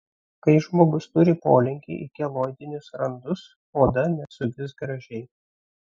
kai žmogus turi polinkį į keloidinius randus oda nesugis gražiai